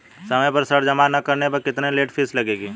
समय पर ऋण जमा न करने पर कितनी लेट फीस लगेगी?